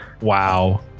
Wow